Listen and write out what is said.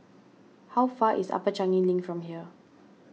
how far is Upper Changi Link from here